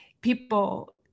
People